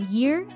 year